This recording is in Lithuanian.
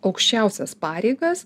aukščiausias pareigas